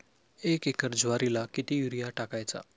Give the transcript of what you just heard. एक एकर ज्वारीला किती युरिया टाकायचा?